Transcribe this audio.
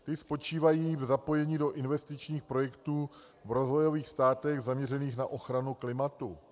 Ty spočívají v zapojení se do investičních projektů v rozvojových státech zaměřených na ochranu klimatu.